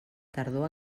tardor